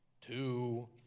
two